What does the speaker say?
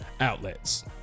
outlets